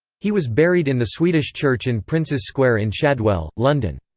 he was buried in the swedish church in princes square in shadwell, london.